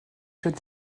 faite